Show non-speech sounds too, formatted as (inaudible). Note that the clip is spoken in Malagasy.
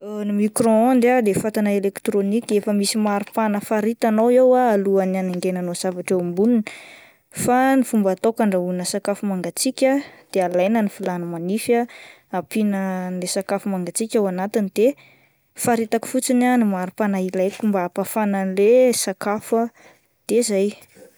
(hesitation) Ny micro-onde ah de fatana elektronika, efa misy maripana faritanao eo ah alohan'ny anengenanao zavatra eo amboniny, fa ny fomba ataoko andrahoana sakafo mangatsiaka de alaina ny vilany manify ah ampiana ilay sakafo mangatsiaka ao anatiny de faritako fotsiny ny maripana ilaiko (noise) mba ampahafana an'le sakafo de zay. (noise)